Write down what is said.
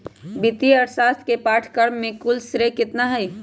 वित्तीय अर्थशास्त्र के पाठ्यक्रम के कुल श्रेय कितना हई?